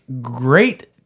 great